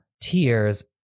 tears